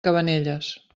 cabanelles